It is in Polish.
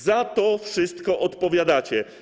Za to wszystko odpowiadacie.